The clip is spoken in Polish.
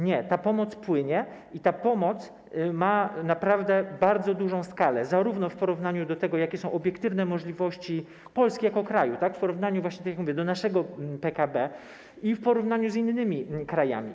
Nie, ta pomoc płynie i ta pomoc ma naprawdę bardzo dużą skalę, zarówno w porównaniu z tym, jakie są obiektywne możliwości Polski jako kraju, w porównaniu właśnie, tak jak mówię, z naszym PKB, jak i w porównaniu z innymi krajami.